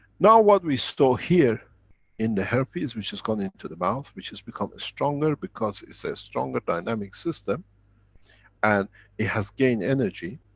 now what we saw here in the herpes, which has gone into the mouth, which has become stronger because it's a stronger dynamic system and it has gained energy,